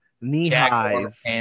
knee-highs